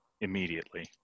Immediately